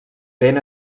ben